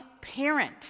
parent